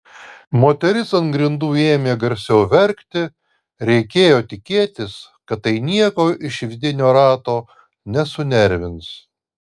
moteris ant grindų ėmė garsiau verkti reikėjo tikėtis kad tai nieko iš vidinio rato nesunervins